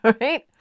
right